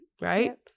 right